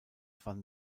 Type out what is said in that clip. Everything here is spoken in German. van